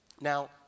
Now